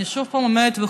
אני שוב חוזרת: